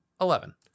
Eleven